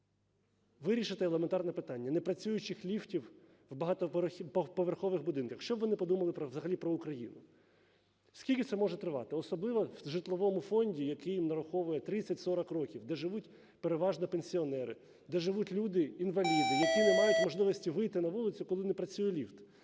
вирішити елементарне питання непрацюючих ліфтів в багатоповерхових будинках. Що б вони подумали взагалі про Україну? Скільки це може тривати? Особливо в житловому фонді, який нараховує 30-40 років, де живуть переважно пенсіонери, де живуть люди-інваліди, які не мають можливості вийти на вулицю, коли не працює ліфт,